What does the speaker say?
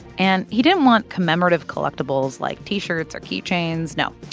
and he didn't want commemorative collectibles like t-shirts or keychains no,